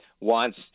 wants